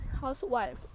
housewife